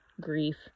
grief